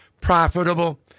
profitable